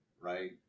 right